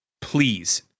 please